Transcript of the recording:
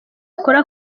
akora